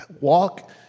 Walk